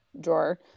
drawer